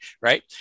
Right